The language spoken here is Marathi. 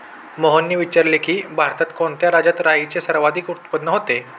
मोहनने विचारले की, भारतात कोणत्या राज्यात राईचे सर्वाधिक उत्पादन होते?